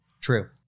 True